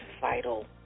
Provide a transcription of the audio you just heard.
vital